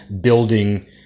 building